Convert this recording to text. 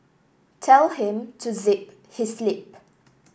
tell him to zip his lip